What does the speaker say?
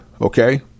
Okay